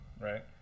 Right